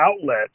outlet